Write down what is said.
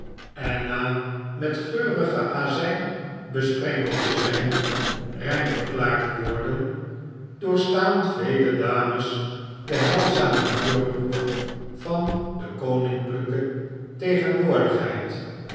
en na met geurige azijn besprenkeld te zijn rein verklaard worden doorstaan vele dames de heilzame vuurproef van de koninklijke tegenwoordigheid